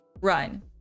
run